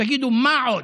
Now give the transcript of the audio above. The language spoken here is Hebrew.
תגידו, מה עוד?